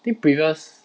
think previous